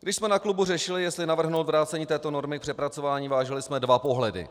Když jsme na klubu řešili, jestli navrhnout vrácení této normy k přepracování, vážili jsme dva pohledy.